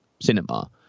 cinema